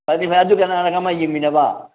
ꯐꯔꯦ ꯑꯗꯨ ꯀꯅꯥꯅ ꯀꯃꯥꯏꯅ ꯌꯦꯡꯃꯤꯟꯅꯕ